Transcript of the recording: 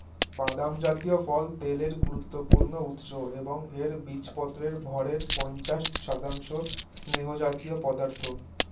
বাদাম জাতীয় ফল তেলের গুরুত্বপূর্ণ উৎস এবং এর বীজপত্রের ভরের পঞ্চাশ শতাংশ স্নেহজাতীয় পদার্থ